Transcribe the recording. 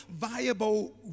viable